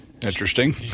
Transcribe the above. Interesting